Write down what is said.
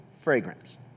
fragrance